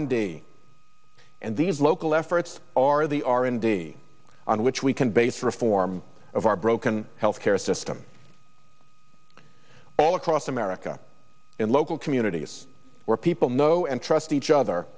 d and these local efforts are the r and d on which we can base reform of our broken health care system all across america in local communities where people know and trust each other